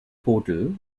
portal